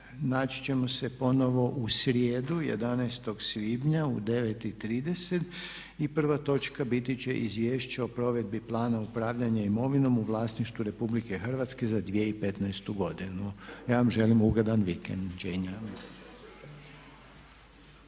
naći ćemo se u ponovno u srijedu 11.svibnja u 9,30 i prva točka biti će Izvješće o provedbi plana upravljanja imovinom u vlasništvu RH za 2015.godinu. Ja vam želim ugodan vikend,